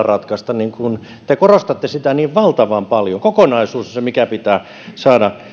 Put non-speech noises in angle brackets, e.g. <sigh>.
<unintelligible> ratkaista te korostatte sitä niin valtavan paljon kokonaisuus on se mikä oikeastaan pitää saada